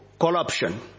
corruption